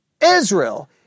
Israel